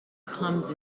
comes